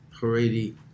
Haredi